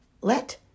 Let